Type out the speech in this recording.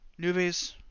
newbies